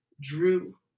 drew